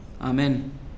Amen